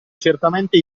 certamente